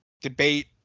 debate